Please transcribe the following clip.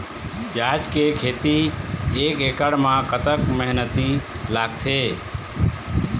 प्याज के खेती एक एकड़ म कतक मेहनती लागथे?